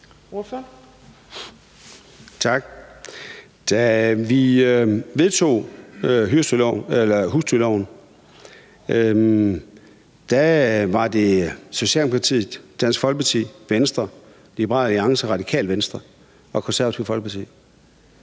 Da vi vedtog husdyrloven, var det Socialdemokratiet, Dansk Folkeparti, Venstre, Liberal Alliance, Radikale Venstre og Det Konservative Folkeparti,